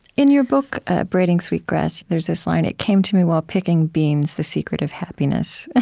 in your book braiding sweetgrass, there's this line it came to me while picking beans, the secret of happiness.